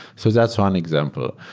so that's one example.